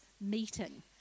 meeting